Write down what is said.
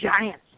giants